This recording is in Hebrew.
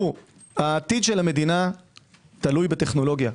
עתיד המדינה תלוי בטכנולוגיה.